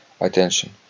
attention